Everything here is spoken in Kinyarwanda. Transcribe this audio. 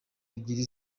ebyiri